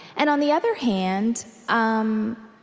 and on the other hand um